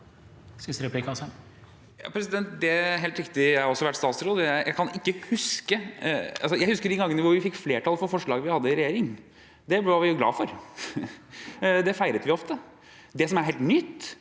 Henrik Asheim (H) Det er helt riktig – jeg har også vært statsråd. Jeg kan huske de gangene vi fikk flertall for forslag vi hadde i regjering. Det var vi jo glad for, det feiret vi ofte. Det som er helt nytt,